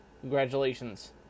congratulations